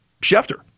Schefter